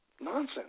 Nonsense